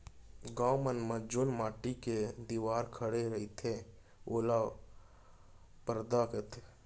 गॉंव मन म जेन माटी के दिवार खड़े रईथे ओला परदा कथें